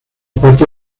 parte